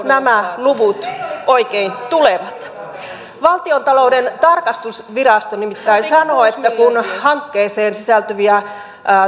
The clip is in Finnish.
nämä luvut oikein tulevat valtiontalouden tarkastusvirasto nimittäin sanoo että kun hankkeeseen sisältyviä